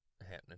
happening